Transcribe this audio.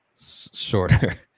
shorter